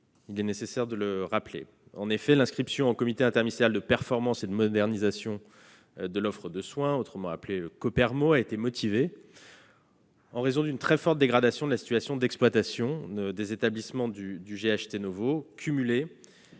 il est nécessaire de le rappeler. L'inscription au comité interministériel de performance et de modernisation de l'offre de soins, autrement appelé Copermo, a été motivée par la très forte dégradation de la situation d'exploitation de ces établissements, qui se cumule